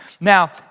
Now